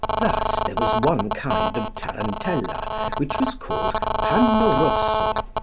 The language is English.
thus there was one kind of tarantella which was called panno rosso,